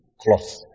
cloth